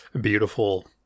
beautiful